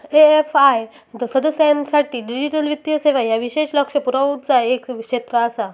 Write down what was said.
AFI सदस्यांसाठी digital वित्तीय सेवा ह्या विशेष लक्ष पुरवचा एक क्षेत्र आसा